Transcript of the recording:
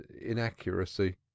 inaccuracy